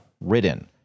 ridden